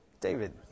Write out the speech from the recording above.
David